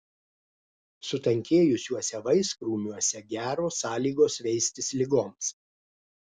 sutankėjusiuose vaiskrūmiuose geros sąlygos veistis ligoms